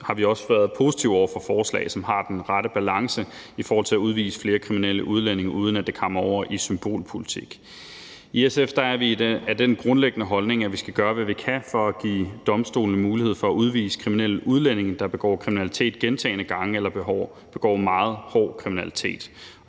har vi også været positive over for forslag, som har den rette balance i forhold til at udvise flere kriminelle udlændinge, uden at det kammer over i symbolpolitik. I SF har vi den grundlæggende holdning, at vi skal gøre, hvad vi kan for at give domstolene mulighed for at udvise kriminelle udlændinge, der begår kriminalitet gentagne gange eller begår meget hård kriminalitet.